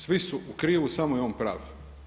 Svi su u krivu, samo je on prav.